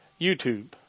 YouTube